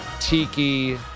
Tiki